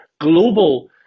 global